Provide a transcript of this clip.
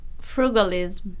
frugalism